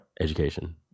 Education